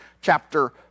chapter